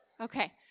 Okay